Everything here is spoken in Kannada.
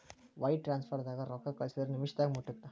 ವೈರ್ ಟ್ರಾನ್ಸ್ಫರ್ದಾಗ ರೊಕ್ಕಾ ಕಳಸಿದ್ರ ನಿಮಿಷದಾಗ ಮುಟ್ಟತ್ತ